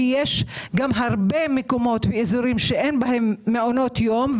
ובהרבה מקומות ואזורים אין מעונות יום.